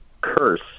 curse